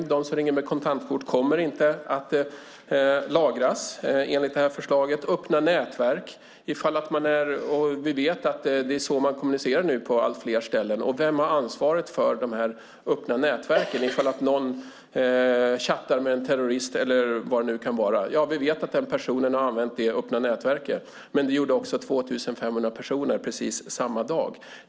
De samtal som rings med kontantkort kommer enligt detta förslag inte att lagras, inte heller användning som sker via öppna nätverk. Vi vet att det är så man nu kommunicerar på allt fler ställen. Vem har ansvaret för de öppna nätverken om någon chattar med en terrorist eller vad det nu kan vara? Vi kanske vet att personen har använt ett visst öppet nätverk, men det gjorde också 2 500 andra personer samma dag.